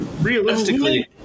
realistically